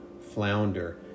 flounder